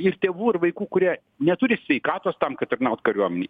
ir tėvų ir vaikų kurie neturi sveikatos tam kad tarnaut kariuomenėj